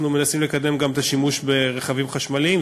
אנחנו מנסים לקדם גם את השימוש ברכבים חשמליים,